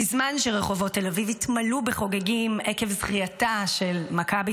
בזמן שרחובות תל אביב התמלאו בחוגגים עקב זכייתה של מכבי